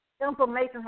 information